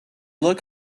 look